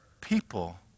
people